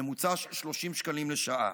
ממוצע של 30 שקלים לשעה.